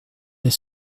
elle